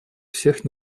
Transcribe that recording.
всех